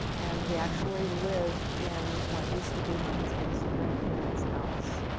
and we actually live in what used to be my husband's grandparents' house.